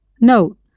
Note